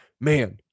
man